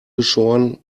geschoren